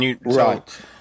Right